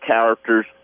characters